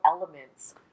elements